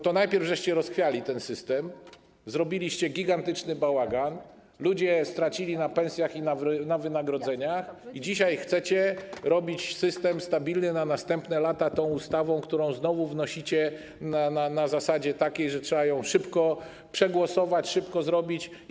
To najpierw rozchwialiście ten system, zrobiliście gigantyczny bałagan, ludzie stracili na pensjach i na wynagrodzeniach, a dzisiaj chcecie robić system stabilny na następne lata tą ustawą, którą znowu wnosicie na takiej zasadzie, że trzeba ją szybko przegłosować, szybko uchwalić.